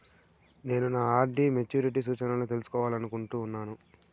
నేను నా RD maturity సూచనలను తెలుసుకోవాలనుకుంటున్నాను